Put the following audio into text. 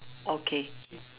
okay